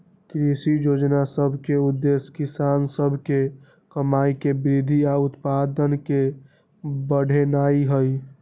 कृषि जोजना सभ के उद्देश्य किसान सभ के कमाइ में वृद्धि आऽ उत्पादन के बढ़ेनाइ हइ